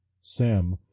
Sam